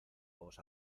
vamos